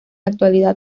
actualidad